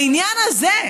לעניין הזה,